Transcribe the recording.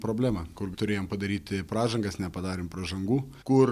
problema kur turėjom padaryti pražangas nepadarėm pražangų kur